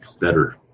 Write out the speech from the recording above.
better